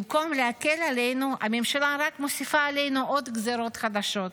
במקום להקל עלינו הממשלה רק מוסיפה עלינו עוד גזירות חדשות.